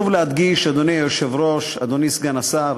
אדוני היושב-ראש, אדוני סגן השר,